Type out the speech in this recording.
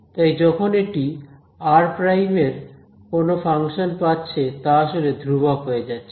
তাই যখন এটি r এর কোন ফাংশন পাচ্ছে তা আসলে ধ্রুবক হয়ে যাচ্ছে